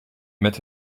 met